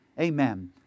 Amen